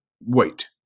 Wait